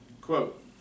Quote